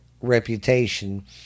reputation